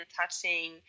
touching